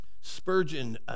Spurgeon